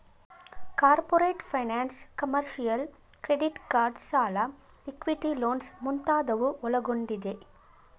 corporate finance, commercial, credit card ಸಾಲ, equity loans ಮುಂತಾದವು ಒಳಗೊಂಡಿದೆ